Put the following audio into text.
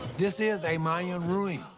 this is a mayan ruin.